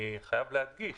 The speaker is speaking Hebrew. אני חייב להדגיש